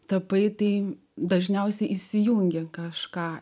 tapai tai dažniausiai įsijungia kažką